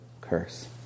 curse